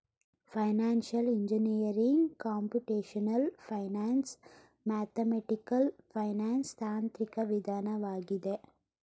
financial engineering computational finance, mathematical finance ತಾಂತ್ರಿಕ ವಿಧಾನವಾಗಿದೆ